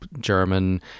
german